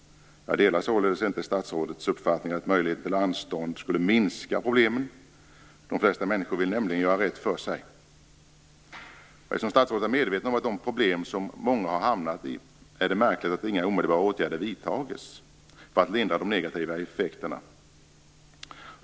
Jag delar således inte statsrådets uppfattning, att möjligheten till anstånd skulle minska problemen. De flesta människor vill nämligen göra rätt för sig. Jag är som statsrådet medveten om de problem som många har hamnat i. Då är det märkligt att inga omedelbara åtgärder vidtas för att lindra de negativa effekterna.